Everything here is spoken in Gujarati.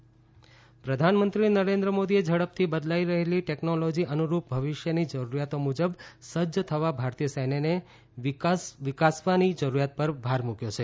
મોદી કેવડિયા પ્રધાનમંત્રી નરેન્દ્ર મોદીએ ઝડપથી બદલાઈ રહેલી ટેકનોલોજી અનુરૂપ ભવિષ્યની જરૂરિયાતો મુજબ સજ્જ થવા ભારતીય સૈન્યને વિકસાવવાની જરૂરિયાત પર ભાર મૂક્યો છે